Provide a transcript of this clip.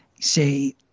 say